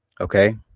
Okay